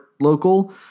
local